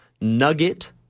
nugget